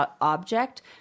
object